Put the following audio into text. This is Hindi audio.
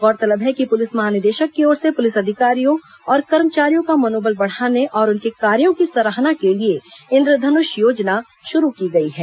गौरतलब है कि ्पुलिस महानिदेशक की ओर से पुलिस अधिकारियों और कर्मचारियों का मनोबल बढ़ाने और उनके कामों की सराहना के लिए इंद्रधनुष योजना शुरू की गयी है